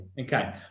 okay